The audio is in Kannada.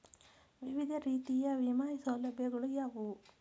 ವಿವಿಧ ರೀತಿಯ ವಿಮಾ ಸೌಲಭ್ಯಗಳು ಯಾವುವು?